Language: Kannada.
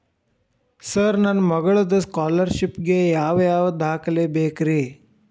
ಸರ್ ನನ್ನ ಮಗ್ಳದ ಸ್ಕಾಲರ್ಷಿಪ್ ಗೇ ಯಾವ್ ಯಾವ ದಾಖಲೆ ಬೇಕ್ರಿ?